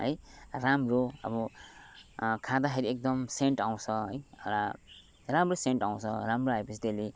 है राम्रो अब खाँदाखेरि एकदम सेन्ट आउँछ है एउटा राम्रो सेन्ट आउँछ राम्रो आएपछि त्यसले